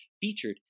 featured